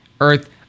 earth